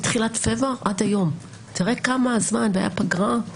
מתחילת פברואר ועד היום תראה כמה זמן והייתה פגרה,